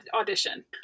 audition